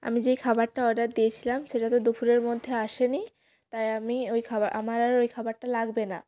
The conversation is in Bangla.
আমি যেই খাবারটা অর্ডার দিয়েছিলাম সেটা তো দুপুরের মধ্যে আসে নি তাই আমি ওই খাবার আমার আর ওই খাবারটা লাগবে না